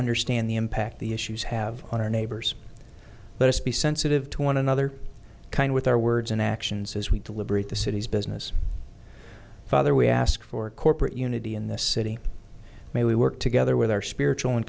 understand the impact the issues have on our neighbors let us be sensitive to one another kind with our words and actions as we deliberate the city's business father we ask for corporate unity in this city may we work together with our spiritual and